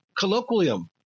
colloquium